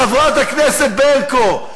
חברת הכנסת ברקו,